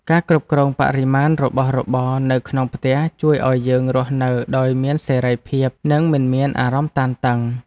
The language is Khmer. ការគ្រប់គ្រងបរិមាណរបស់របរនៅក្នុងផ្ទះជួយឱ្យយើងរស់នៅដោយមានសេរីភាពនិងមិនមានអារម្មណ៍តានតឹង។